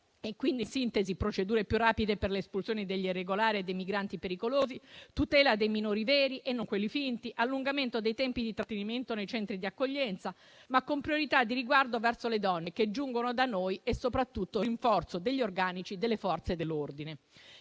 sintesi, quindi, procedure più rapide per le espulsioni degli irregolari e dei migranti pericolosi, tutela dei minori veri, non di quelli finti, allungamento dei tempi di trattenimento nei centri di accoglienza, ma con priorità di riguardo verso le donne che giungono da noi e, soprattutto, rinforzo degli organici delle Forze dell'ordine.